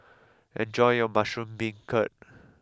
enjoy your Mushroom Beancurd